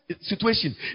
situation